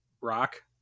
rock